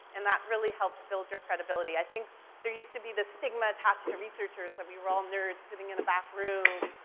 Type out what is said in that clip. and that really helps build your credibility. i think there used to be this stigma attached to researchers. that we were all nerds sitting in a back room,